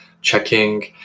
checking